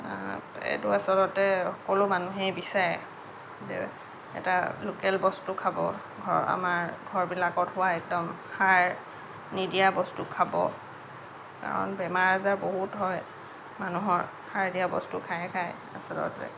এইটো আচলতে সকলো মানুহেই বিচাৰে যে এটা লোকেল বস্তু খাব ঘৰৰ আমাৰ ঘৰবিলাকত হোৱা একদম সাৰ নিদিয়া বস্তু খাব কাৰণ বেমাৰ আজাৰ বহুত হয় মানুহৰ সাৰ দিয়া বস্তু খাই খাই আচলতে